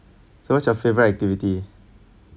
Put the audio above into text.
so what's your favourite activity